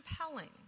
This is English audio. compelling